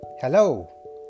hello